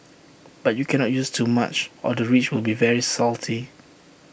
but you cannot use too much or the rice will be very salty